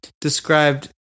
described